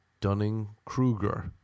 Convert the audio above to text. Dunning-Kruger